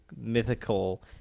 mythical